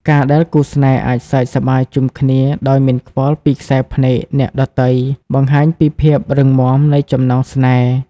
ការដែលគូស្នេហ៍អាចសើចសប្បាយជុំគ្នាដោយមិនខ្វល់ពីខ្សែភ្នែកអ្នកដទៃ បង្ហាញពីភាពរឹងមាំនៃចំណងស្នេហ៍។